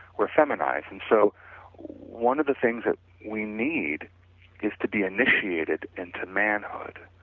we're feminized and so one of the things that we need is to be initiated into manhood.